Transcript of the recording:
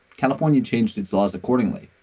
california changed its laws accordingly.